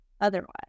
otherwise